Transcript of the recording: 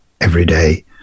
everyday